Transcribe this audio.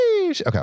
Okay